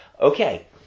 Okay